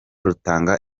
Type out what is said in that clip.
rutanga